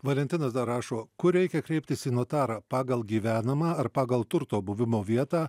valentinas dar rašo kur reikia kreiptis į notarą pagal gyvenamą ar pagal turto buvimo vietą